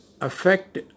affect